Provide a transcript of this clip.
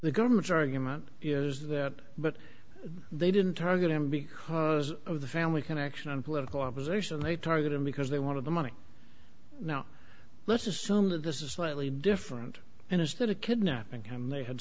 the government's argument is that but they didn't target him because of the family connection and political opposition they target him because they wanted the money now let's assume that this is slightly different and instead of kidnapping him they had